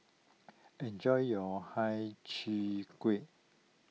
enjoy your Hai Cheong Gui